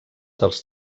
dels